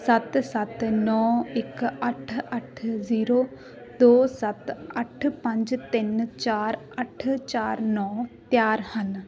ਸੱਤ ਸੱਤ ਨੌਂ ਇੱਕ ਅੱਠ ਅੱਠ ਜ਼ੀਰੋ ਦੋ ਸੱਤ ਅੱਠ ਪੰਜ ਤਿੰਨ ਚਾਰ ਅੱਠ ਚਾਰ ਨੌਂ ਤਿਆਰ ਹਨ